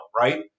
right